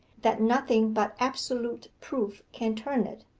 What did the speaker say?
that nothing but absolute proof can turn it.